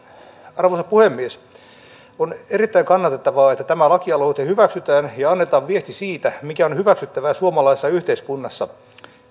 arvoisa puhemies on erittäin kannatettavaa että tämä lakialoite hyväksytään ja annetaan viesti siitä mikä on hyväksyttävää suomalaisessa yhteiskunnassa